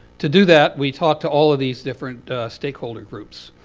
to do that, we talked to all of these different stakeholder groups.